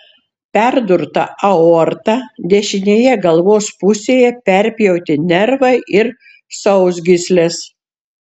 perdurta aorta dešinėje galvos pusėje perpjauti nervai ir sausgyslės